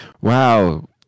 Wow